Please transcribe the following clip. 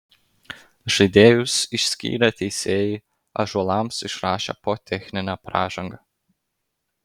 žaidėjus išskyrę teisėjai ąžuolams išrašė po techninę pražangą